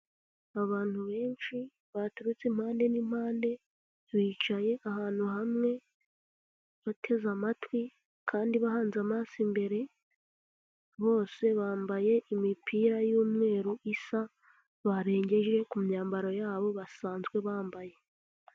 Abantu benshi baturutse impande n'impande, bicaye ahantu hamwe bateze amatwi kandi bahanze amaso imbere, bose bambaye imipira y'umweru isa barengeje ku myambaro yabo basanzwe bambaye.